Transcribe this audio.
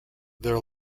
their